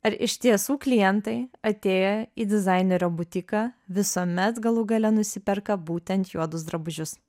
ar iš tiesų klientai atėję į dizainerio butiką visuomet galų gale nusiperka būtent juodus drabužius